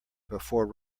before